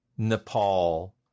Nepal